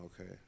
okay